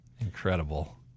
Incredible